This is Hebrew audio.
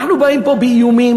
אנחנו באים פה באיומים,